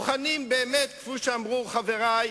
וכפי שאמרו חברי,